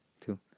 two